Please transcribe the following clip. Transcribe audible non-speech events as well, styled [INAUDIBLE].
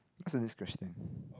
what's the next question [BREATH]